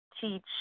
Teach